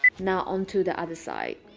now on to the other side